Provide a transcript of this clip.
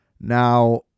Now